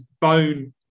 bone